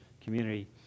community